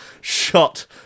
shot